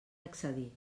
accedir